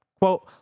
Quote